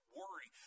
worry